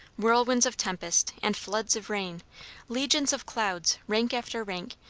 whirlwinds of tempest, and floods of rain legions of clouds, rank after rank,